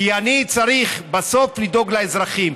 כי אני צריך בסוף לדאוג לאזרחים.